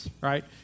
right